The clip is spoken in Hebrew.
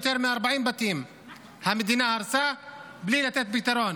יותר מ-40 בתים המדינה הרסה בלי לתת פתרון.